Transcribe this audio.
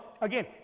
again